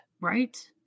Right